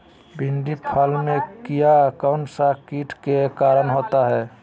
भिंडी फल में किया कौन सा किट के कारण होता है?